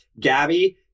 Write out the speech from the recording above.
Gabby